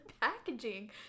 packaging